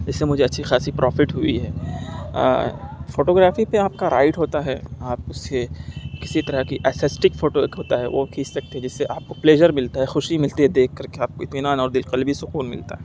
اس سے مجھے اچھی خاصی پرافٹ ہوئی ہے فوٹوگرافی پہ آپ کا رائٹ ہوتا ہے آپ اس سے کسی طرح کی اسسٹک فوٹو ایک ہوتا ہے وہ کھینچ سکتے ہیں جیسے آپ کو پلیژر ملتا ہے خوشی ملتی ہے دیکھ کر کے آپ کو اطمینان اور دل قلبی سکون ملتا ہے